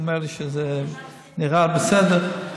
הוא אומר לי שזה נראה בסדר.